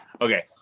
okay